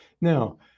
now